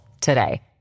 today